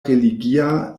religia